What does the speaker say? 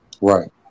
Right